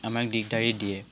আমাক দিগদাৰী দিয়ে